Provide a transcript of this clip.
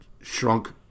shrunk